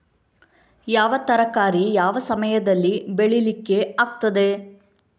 ಯಾವ ತರಕಾರಿ ಯಾವ ಸಮಯದಲ್ಲಿ ಬೆಳಿಲಿಕ್ಕೆ ಆಗ್ತದೆ?